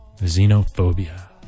Xenophobia